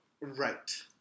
Right